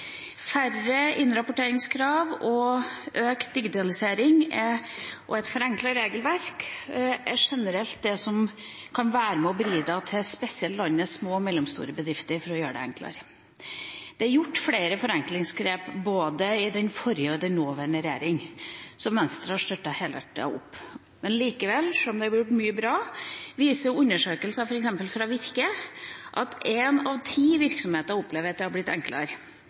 Færre innrapporteringskrav, økt digitalisering og et forenklet regelverk er generelt det som kan være med og bidra til å gjøre det enklere for spesielt landets små og mellomstore bedrifter. Det er gjort flere forenklingsgrep – både under den forrige og under den nåværende regjering – som Venstre har støttet helhjertet opp om. Men sjøl om det er blitt gjort mye bra, viser undersøkelser, f.eks. fra Virke, at én av ti virksomheter opplever at det har blitt enklere,